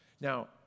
Now